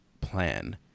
plan